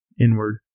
inward